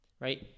right